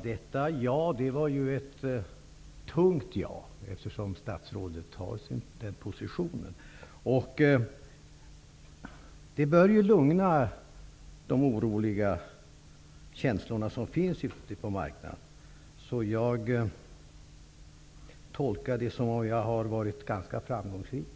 Fru talman! Detta var ett tungt ja, eftersom statsrådet intar den positionen. Det bör lugna de oroliga känslor som finns ute på marknaden. Jag tolkar det som om jag har varit ganska framgångsrik